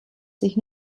sich